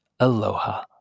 Aloha